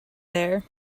there